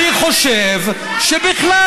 אני חושב שבכלל,